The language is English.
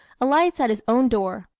alights at his own door.